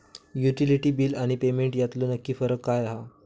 Utility बिला आणि payment यातलो नक्की फरक काय हा?